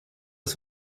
des